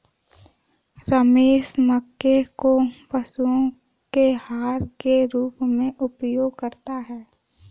रमेश मक्के को पशुओं के आहार के रूप में उपयोग करता है